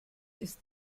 ist